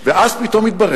ואז פתאום מתברר,